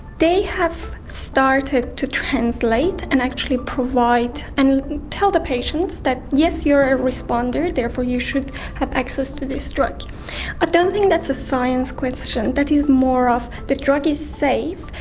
they have started to translate and actually provide and tell the patients that, yes, you are a responder, therefore you should have access to this drug. i don't think that's a science question, that is more of the drug is safe,